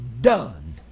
done